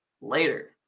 later